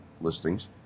listings